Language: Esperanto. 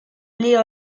pli